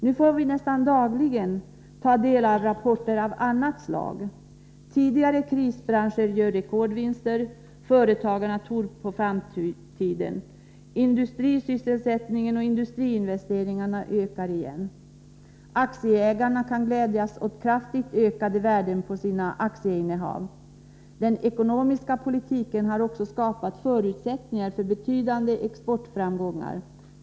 Nu får vi nästan dagligen ta del av rapporter av annat slag. Tidigare krisbranscher gör rekordvinster. Företagarna tror på framtiden. Industrisysselsättningen och industriinvesteringarna ökar igen. Aktieägarna kan glädjas åt kraftigt ökade värden på sina aktieinnehav. Den ekonomiska politiken har också skapat förutsättningar för betydande exportframgångar.